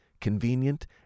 convenient